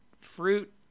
fruit